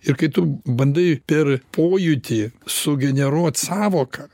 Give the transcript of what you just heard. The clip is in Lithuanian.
ir kai tu bandai per pojūtį sugeneruot sąvoką